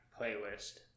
playlist